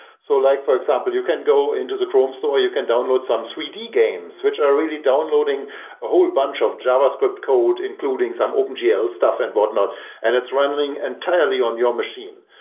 so like for example, you can go into the chrome store, you can download some three d games, which are really downloading a whole bunch of javascript code including some opengl ah stuff and whatnot and it's running entirely on your machine.